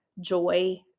joy